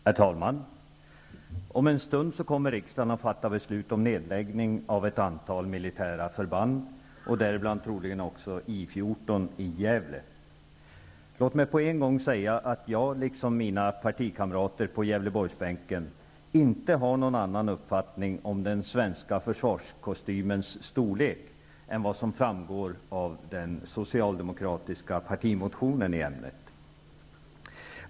Herr talman! Om en stund kommer riksdagen att fatta beslut om nedläggning av ett antal militära förband, däribland troligen också I 14 i Gävle. Låt mig på en gång säga att jag -- liksom mina partikamrater på Gävleborgsbänken -- inte har någon annan uppfattning om den svenska försvarskostymens storlek än vad som framgår av den socialdemokratiska partimotionen i ämnet.